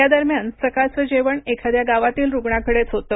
यादरम्यान सकाळचं जेवण एखाद्या गावातील रुग्णांकडेच होते